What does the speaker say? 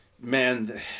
man